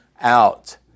out